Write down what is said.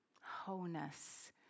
Wholeness